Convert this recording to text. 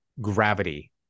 gravity